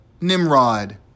Nimrod